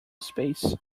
space